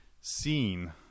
seen